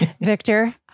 Victor